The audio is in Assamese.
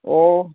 অ'